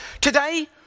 Today